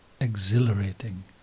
exhilarating